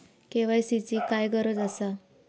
KYC ची काय गरज आसा?